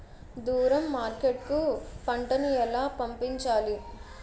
దూరం మార్కెట్ కు పంట ను ఎలా పంపించాలి?